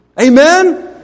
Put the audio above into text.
Amen